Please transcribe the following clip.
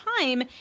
time